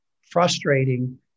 frustrating